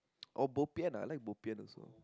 oh bo pian ah I like bo pian also